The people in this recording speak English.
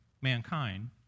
mankind